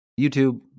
youtube